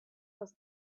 was